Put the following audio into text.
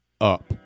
up